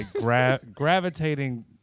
gravitating